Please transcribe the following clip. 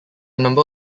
number